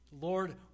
Lord